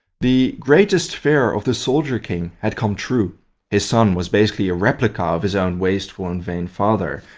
the greatest fear of the soldier king had come true his son was basically a replica of his own wasteful and vain father,